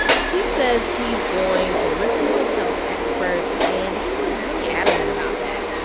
he says he's going to listen to his health experts, and he was really adamant about that.